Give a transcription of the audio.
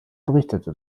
berichtete